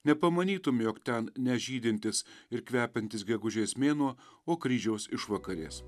nepamanytum jog ten nežydintis ir kvepiantis gegužės mėnuo o kryžiaus išvakarės